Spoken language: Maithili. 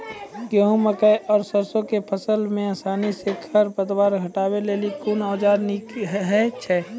गेहूँ, मकई आर सरसो के फसल मे आसानी सॅ खर पतवार हटावै लेल कून औजार नीक है छै?